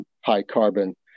high-carbon